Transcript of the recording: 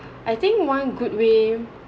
I think one good way